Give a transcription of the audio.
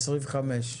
25,